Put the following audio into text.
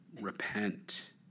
repent